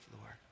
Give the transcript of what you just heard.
Lord